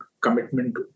commitment